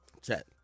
Chat